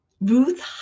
Ruth